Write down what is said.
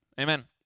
Amen